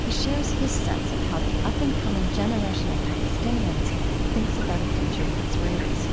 he shares his sense of how the up-and-coming generation of palestinians thinks about a future with israelis